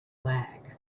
lag